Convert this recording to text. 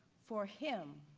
for him,